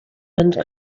and